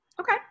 okay